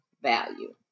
Value